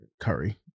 Curry